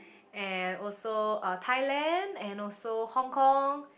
and also uh Thailand and also Hong-Kong